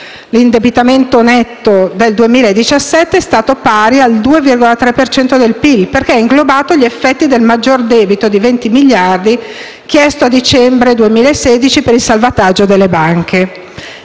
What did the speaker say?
L'indebitamento netto del 2017 è stato pari al 2,3 per cento del PIL perché ha inglobato gli effetti del maggior debito di 20 miliardi, chiesto a dicembre 2016 per il salvataggio delle banche.